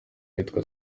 iyitwa